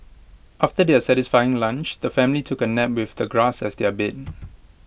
after their satisfying lunch the family took A nap with the grass as their bed